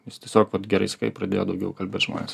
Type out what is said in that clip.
jis tiesiog vat gerai sakai pradėjo daugiau kalbėt žmonės